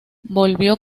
volvió